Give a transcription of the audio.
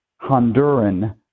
Honduran